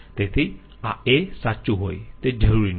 તેથી આ a સાચું હોય તે જરૂરી નથી